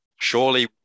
surely